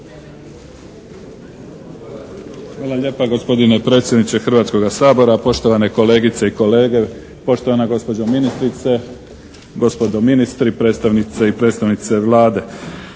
Hvala lijepa gospodine predsjedniče Hrvatskoga sabora. Poštovane kolegice i kolege, poštovana gospođo ministrice, gospodo ministri, predstavnici i predstavnice Vlade.